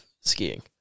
skiing